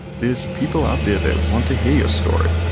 there's people out there that want to hear your story,